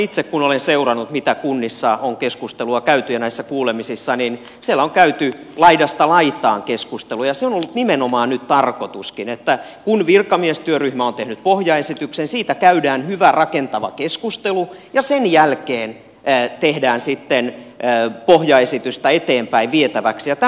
ainakin kun itse olen seurannut mitä keskustelua kunnissa ja näissä kuulemisissa on käyty siellä on käyty laidasta laitaan keskustelua ja se on ollut nimenomaan nyt tarkoituskin että kun virkamiestyöryhmä on tehnyt pohjaesityksen siitä käydään hyvä rakentava keskustelu ja sen jälkeen tehdään sitten pohjaesitystä eteenpäin vietäväksi ja tämä on se malli